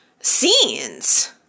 scenes